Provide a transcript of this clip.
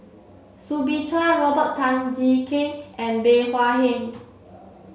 Soo Bin Chua Robert Tan Jee Keng and Bey Hua Heng